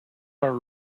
are